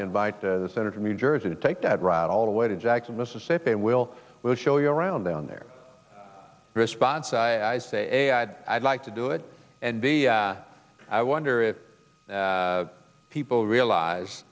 to invite the senator new jersey to take that route all the way to jackson mississippi and we'll we'll show you around down there response i say i'd i'd like to do it and i wonder if people realize